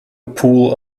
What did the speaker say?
pool